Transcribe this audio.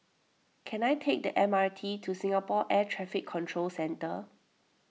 can I take the M R T to Singapore Air Traffic Control Centre